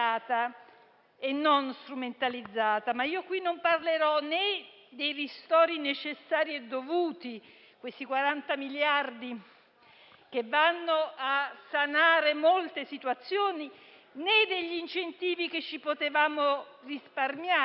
e non strumentalizzata. In questo intervento non parlerò però né dei ristori necessari e dovuti, questi 40 miliardi che vanno a sanare molte situazioni, né degli incentivi che ci potevamo risparmiare,